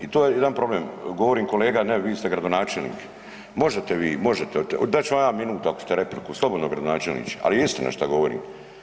I to je jedan problem, govorim kolega ne vi ste gradonačelnik, možete vi, možete vi, dat ću vam ja minut ako ćete repliku, slobodno gradonačelniče, ali je istina šta govorim.